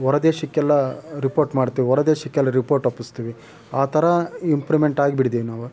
ಹೊರದೇಶಕ್ಕೆಲ್ಲ report ಮಾಡ್ತೀವಿ ಹೊರದೇಶಕ್ಕೆಲ್ಲ report ಒಪ್ಪಿಸ್ತೀವಿ ಆ ಥರ ಇಂಪ್ರೂವ್ಮೆಂಟ್ ಆಗಿಬಿಟ್ಟಿದ್ದೀವಿ ನಾವು